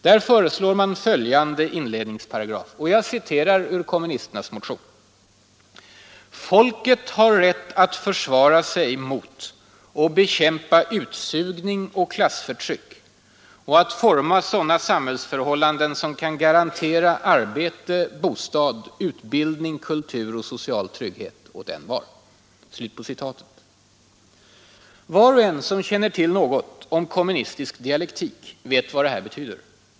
Där föreslår man följande inledningsparagraf: ”Folket har rätt att försvara sig mot och bekämpa utsugning och klassförtryck och att forma sådana samhällsförhållanden, som kan garantera arbete, bostad, utbildning, kultur och social trygghet åt envar.” Var och en som känner till något om kommunistisk dialektik vet vad det betyder.